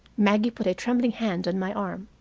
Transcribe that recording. maggie put a trembling hand on my arm.